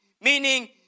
meaning